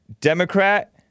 democrat